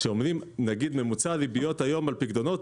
כשאומרים שממוצע הריביות היום על פיקדונות